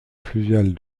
fluviale